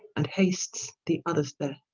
and hasts the others death.